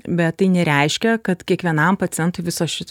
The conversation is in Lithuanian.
bet tai nereiškia kad kiekvienam pacientui visa ši